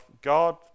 God